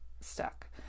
stuck